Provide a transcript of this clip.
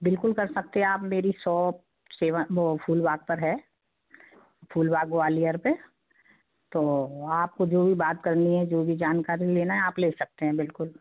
बिल्कुल कर सकते हैं आप मेरी सॉप सेवा वो फूलबाग़ पर है फूलबाग़ ग्वालियर पर तो आपको जो भी बात करनी है जो भी जानकारी लेना है आप ले सकते हैं बिल्कुल